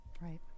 right